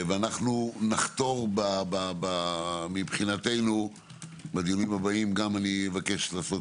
אנחנו נחתור מבחינתנו בדיונים הבאים גם אבקש לעשות